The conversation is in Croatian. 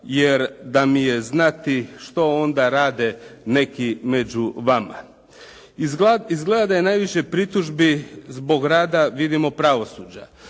jer da mi je znati što onda rade neki među vama. Izgleda da je najviše pritužbi zbog rada, vidimo pravosuđa.